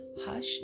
hush